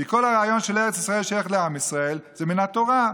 כי כל הרעיון שארץ ישראל שייכת לעם ישראל זה מן התורה.